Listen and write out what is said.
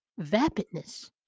vapidness